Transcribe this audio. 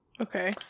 Okay